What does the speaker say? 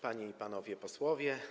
Panie i Panowie Posłowie!